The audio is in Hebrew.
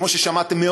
כמו ששמעתם,